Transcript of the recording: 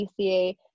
DCA